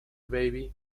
baby